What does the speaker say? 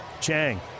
Chang